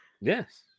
Yes